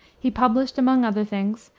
he published, among other things,